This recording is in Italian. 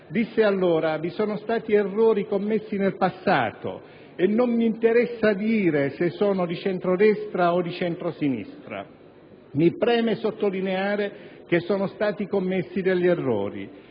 Disse allora: «Vi sono stati errori commessi nel passato e non mi interessa dire se dal centrodestra o dal centrosinistra». Mi preme sottolineare che sono stati commessi degli errori.